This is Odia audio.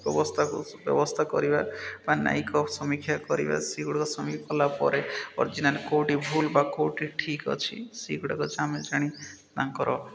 ବ୍ୟବସ୍ଥାକୁ ସୁବ୍ୟବସ୍ଥା କରିବା ବା ନ୍ୟାୟୀକ ସମୀକ୍ଷା କରିବା ସେଗୁଡ଼ାକ କଲା ପରେ ଅର୍ଜିନାଲ୍ କେଉଁଠି ଭୁଲ୍ ବା କେଉଁଠି ଠିକ୍ ଅଛି ସେଗୁଡ଼ାକ ଆମେ ଜାଣି ତାଙ୍କର